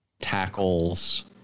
tackles